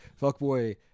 Fuckboy